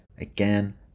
again